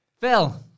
Phil